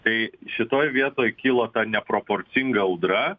tai šitoj vietoj kilo ta neproporcinga audra